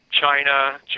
China